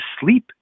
sleep